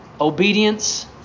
obedience